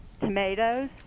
tomatoes